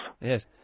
Yes